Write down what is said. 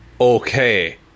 Okay